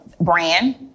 Brand